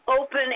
open